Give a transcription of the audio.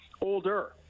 older